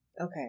Okay